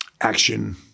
action